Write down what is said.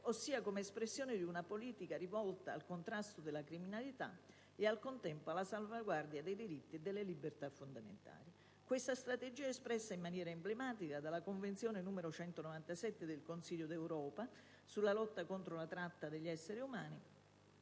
ossia come espressione di una politica rivolta al contrasto della criminalità e al contempo alla salvaguardia dei diritti e delle libertà fondamentali. Questa strategia è espressa in maniera emblematica dalla Convenzione n. 197 del Consiglio d'Europa, sulla lotta contro la tratta degli esseri umani,